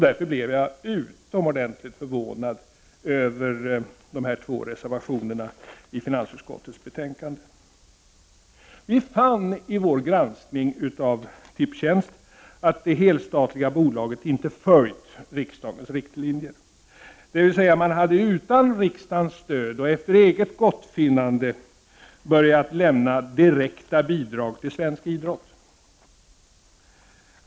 Därför blev jag utomordentligt förvånad över de här två reservationerna till finansutskottets betänkande. Vi fann i vår granskning av Tipstjänst att det helstatliga bolaget inte följt riksdagens riktlinjer, dvs. man hade utan riksdagens stöd och efter eget gottfinnande börjat lämna direkta bidrag till svensk idrott.